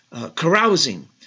carousing